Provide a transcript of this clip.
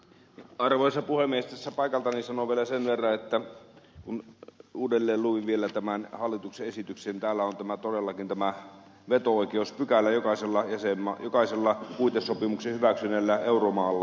tästä paikaltani sanon vielä sen verran että kun uudelleen luin vielä tämän hallituksen esityksen täällä on todellakin tämä veto oikeuspykälä jokaisella puitesopimuksen hyväksyneellä euromaalla